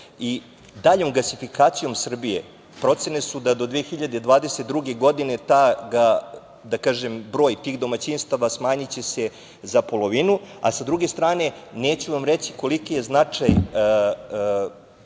i daljom gasifikacijom Srbije procene su da do 2022. godine broj tih domaćinstava smanjiće se za polovinu, a sa druge strane neću vam reći koliki je značaj